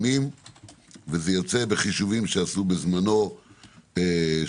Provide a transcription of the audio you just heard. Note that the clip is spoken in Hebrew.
וזה מבוסס על חישוב שעשו בזמנו שיש